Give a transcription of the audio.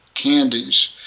candies